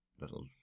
little